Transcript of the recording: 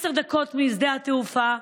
10 דקות משדה התעופה,